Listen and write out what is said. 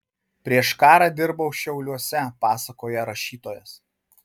prieš karą dirbau šiauliuose pasakoja rašytojas